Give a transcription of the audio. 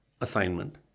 assignment